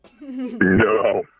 No